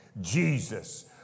Jesus